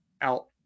out